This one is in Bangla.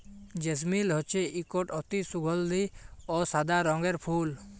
জেসমিল হছে ইকট অতি সুগাল্ধি অ সাদা রঙের ফুল